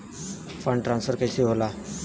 Fund transfer कैसे होला?